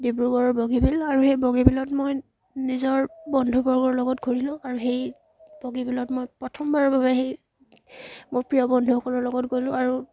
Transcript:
ডিব্ৰুগড়ৰ বগীবিল আৰু সেই বগীবিলত মই নিজৰ বন্ধুবৰ্গৰ লগত ঘূৰিলোঁ আৰু সেই বগীবিলত মই প্ৰথমবাৰৰ বাবে সেই মোৰ প্ৰিয় বন্ধুসকলৰ লগত গ'লোঁ আৰু